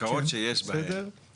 קרקעות שיש בהן תשתיות לאומיות.